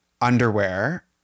underwear